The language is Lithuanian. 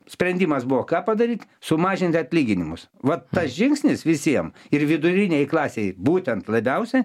sprendimas buvo ką padaryt sumažinti atlyginimus vat tas žingsnis visiem ir vidurinei klasei būtent labiausiai